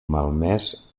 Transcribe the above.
malmès